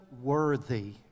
worthy